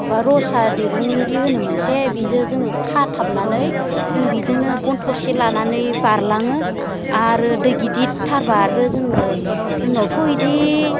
माबा रसा दिरुं दि होनो मोनसे बेजों जोङो खाथाबनानै जों बेजोंनो गन थसे लानानै बारलाङो आरो दै गिदिरथारबा आरो जोङो जोंनावथ' बिदि